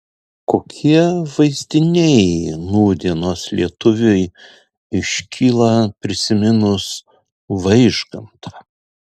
kokie vaizdiniai nūdienos lietuviui iškyla prisiminus vaižgantą